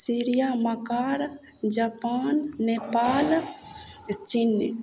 Syria मकार Japan Nepal चीन